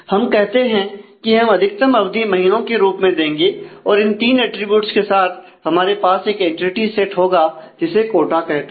हम कहते हैं कि हम अधिकतम अवधि महीनों के रूप में देंगे और इन तीन अटरीब्यूट्स के साथ हमारे पास एक एंटिटी सेट होगा जिसे कोटा कहते हैं